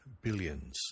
billions